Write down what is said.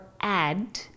add